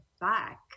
back